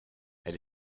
elle